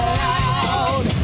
loud